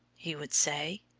he would say.